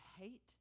hate